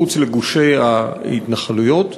הנמצאות מחוץ לגושי ההתנחלויות.